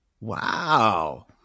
Wow